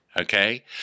okay